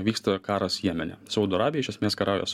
vyksta karas jemene saudo arabija iš esmės kariauja su